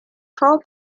pro